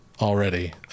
already